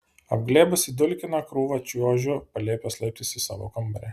apglėbusi dulkiną krūvą čiuožiu palėpės laiptais į savo kambarį